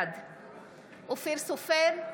בעד אופיר סופר,